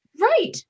right